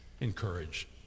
encourage